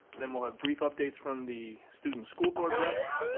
then we'll have brief updates from the student's school board reps,